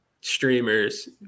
streamers